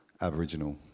Aboriginal